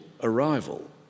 arrival